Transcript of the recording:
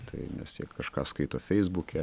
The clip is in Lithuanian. tai nes jie kažką skaito feisbuke